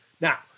Now